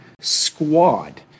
squad